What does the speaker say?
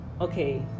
Okay